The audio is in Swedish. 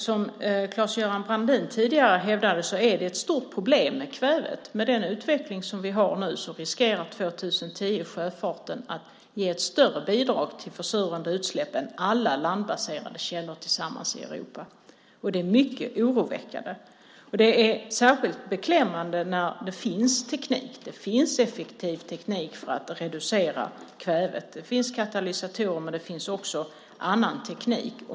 Som Claes-Göran Brandin tidigare hävdade är det ett stort problem med kvävet. Med den utveckling som vi nu har riskerar sjöfarten att 2010 ge ett större bidrag till försurande utsläpp än alla landbaserade källor tillsammans i Europa. Det är mycket oroväckande. Det är särskilt beklämmande när det finns teknik. Det finns effektiv teknik för att reducera kvävet. Det finns katalysatorer, men det finns också annan teknik.